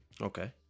okay